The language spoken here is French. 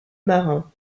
marin